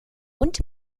und